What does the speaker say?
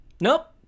Nope